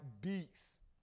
beast